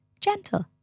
Gentle